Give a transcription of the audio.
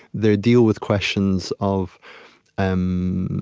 they deal with questions of um